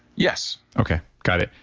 yes okay, got it.